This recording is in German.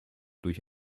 durch